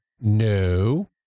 no